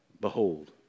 behold